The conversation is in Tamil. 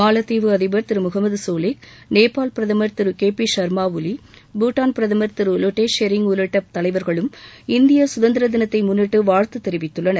மாலத்தீவு அதிபர் திரு முகமது சோலிக் நேபாள் பிரதமர் திரு கே பி ஷர்மா ஒலி பூட்டான் பிரதமர் திரு லொட்டே ஷெரிங் உள்ளிட்ட தலைவர்களும் இந்திய சுதந்திர தினத்தை முன்னிட்டு வாழ்த்து தெரிவித்துள்ளனர்